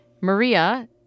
Maria